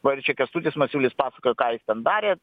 va ir čia kęstutis masiulis pasakojo ką jis ten darė